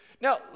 Now